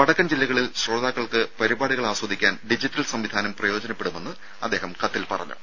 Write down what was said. വടക്കൻ ജില്ലകളിൽ ശ്രോതാക്കൾക്ക് പരിപാടികൾ ആസ്വദിക്കാൻ ഡിജിറ്റൽ സംവിധാനം പ്രയോജനപ്പെടുമെന്ന് അദ്ദേഹം കത്തിൽ പറഞ്ഞു